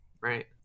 right